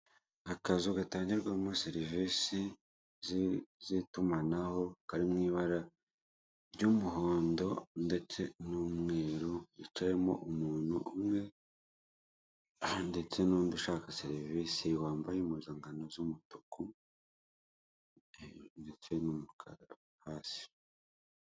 Akazu gatangirwamo serivisi z'itumanaho kari mu ibara ry'umuhondo ndetse n'umweru, hicayemo umuntu umwe ndetse n'undi ushaka serivise wambaye impuzangano z'umutuku ndetse n'umukara hasi.